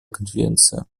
конвенция